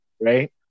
Right